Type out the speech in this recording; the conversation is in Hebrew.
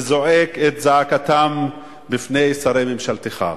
וזועק את זעקתם בפני שרי ממשלתך,